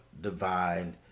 divine